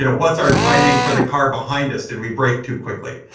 and what's our timing for the car behind us? did we break too quickly?